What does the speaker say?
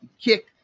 kick